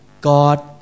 God